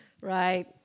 Right